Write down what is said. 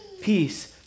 peace